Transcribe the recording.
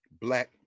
Black